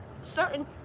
certain